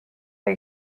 are